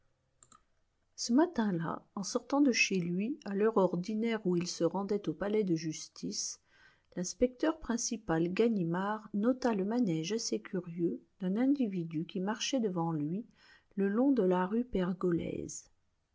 e matin-là en sortant de chez lui à l'heure ordinaire où il se rendait au palais de justice l'inspecteur principal ganimard nota le manège assez curieux d'un individu qui marchait devant lui le long de la rue pergolèse